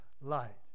light